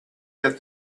get